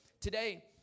Today